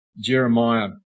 Jeremiah